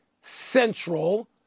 Central